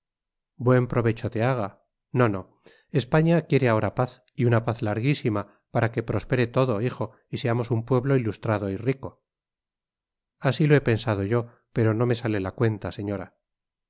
buen provecho te haga no no españa quiere ahora paz y una paz larguísima para que prospere todo hijo y seamos un pueblo ilustrado y rico así lo he pensado yo pero no me sale la cuenta señora